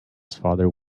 father